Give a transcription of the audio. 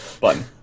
button